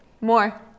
More